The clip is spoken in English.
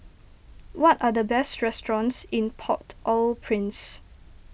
what are the best restaurants in Port Au Prince